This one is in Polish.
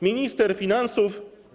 Minister finansów.